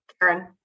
Karen